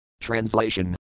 Translation